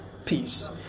Peace